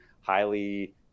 highly